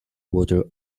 water